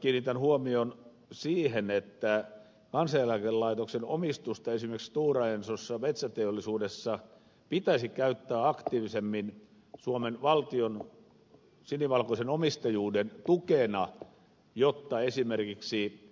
kiinnitän huomion siihen että kansaneläkelaitoksen omistusta esimerkiksi stora ensossa metsäteollisuudessa pitäisi käyttää aktiivisemmin suomen valtion sinivalkoisen omistajuuden tukena jotta esimerkiksi